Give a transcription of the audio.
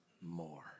more